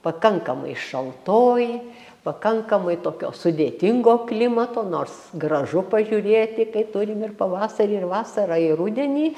pakankamai šaltoj pakankamai tokio sudėtingo klimato nors gražu pažiūrėti kai turim ir pavasarį ir vasarą ir rudenį